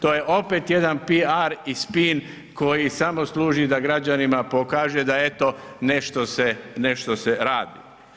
To je opet jedan PR i spin koji samo služi da građanima pokaže da eto nešto se radi.